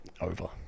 over